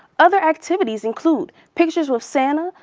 other activities include pictures with santa,